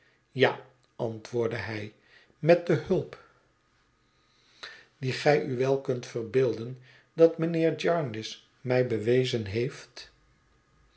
ja antwoordde hij met de hulp die gij u wel kunt verbeelden dat mijnheer jarndyce mij bewezen heeft